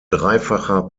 dreifacher